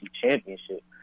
Championship